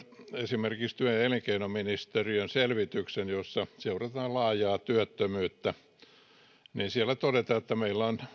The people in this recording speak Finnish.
esimerkiksi työ ja elinkeinoministeriön selvityksen jossa seurataan laajaa työttömyyttä niin siellä todetaan että meillä on